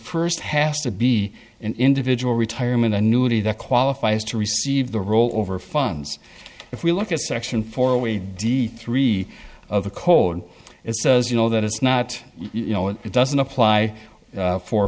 first has to be an individual retirement annuity that qualifies to receive the roll over funds if we look at section four we d three of the code it says you know that it's not you know it doesn't apply for